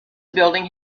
building